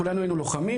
כולנו היינו לוחמים,